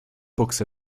books